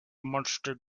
monster